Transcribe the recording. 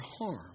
harm